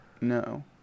No